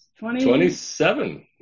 Twenty-seven